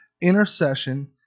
intercession